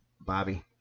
Bobby